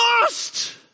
lost